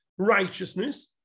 righteousness